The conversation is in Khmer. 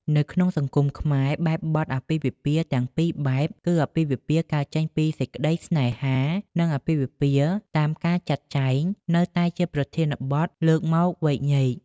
នៅក្នុងសង្គមខ្មែរ បែបបទអាពាហ៍ពិពាហ៍ទាំងពីរបែប គឺអាពាហ៍ពិពាហ៍កើតចេញពីសេចក្តីស្នេហា និងអាពាហ៍ពិពាហ៍តាមការចាត់ចែង នៅតែជាប្រធានបទលើកមកវែកញែក។